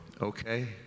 okay